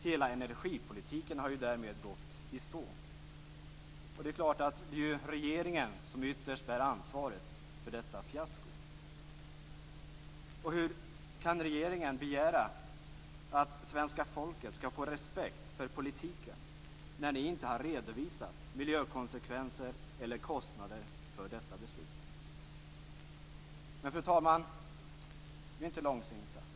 Hela energipolitiken har därmed gått i stå. Det är klart att det är regeringen som ytterst bär ansvaret för detta fiasko. Hur kan regeringen begära att svenska folket skall få respekt för politiken när ni inte har redovisat miljökonsekvenser eller kostnader för detta beslut? Men, fru talman, vi är inte långsinta.